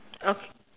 uh f~